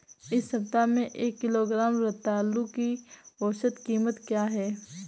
इस सप्ताह में एक किलोग्राम रतालू की औसत कीमत क्या है?